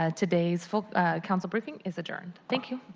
ah today's council briefing is adjourned. thank you.